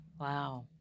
Wow